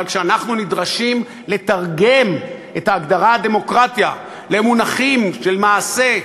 אבל כשאנחנו נדרשים לתרגם את ההגדרה "דמוקרטיה" למונחים של מעשה,